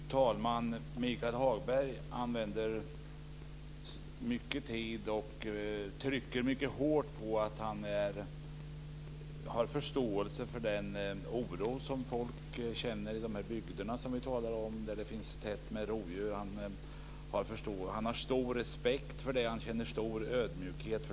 Fru talman! Michael Hagberg trycker mycket hårt på att han har förståelse för den oro som folk känner i de här bygderna där det finns tätt med rovdjur. Han använder mycket tid till att tala om det. Han har stor respekt för detta och känner stor ödmjukhet.